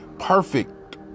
perfect